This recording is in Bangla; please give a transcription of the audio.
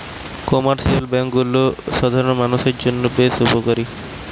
কমার্শিয়াল বেঙ্ক গুলা সাধারণ মানুষের জন্য বেশ উপকারী